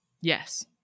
Yes